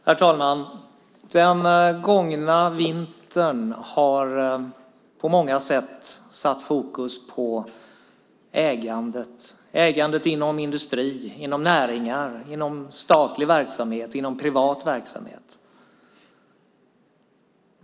Herr talman! Den gångna vintern har på många sätt satt fokus på ägandet - ägandet inom industri, inom näringar, inom statlig verksamhet, inom privat verksamhet.